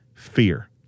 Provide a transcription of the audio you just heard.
fear